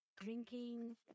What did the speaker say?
drinking